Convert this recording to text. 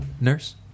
Nurse